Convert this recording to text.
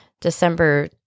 December